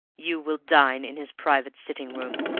you will dine in his private sitting-room,